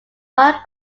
hard